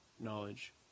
knowledge